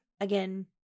again